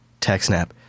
techsnap